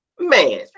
man